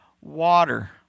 water